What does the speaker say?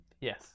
Yes